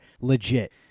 legit